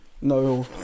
No